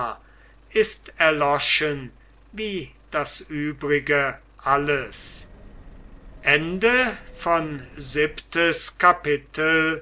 ist erloschen wie das übrige alles